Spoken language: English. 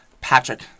Patrick